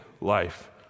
life